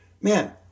Man